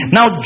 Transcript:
Now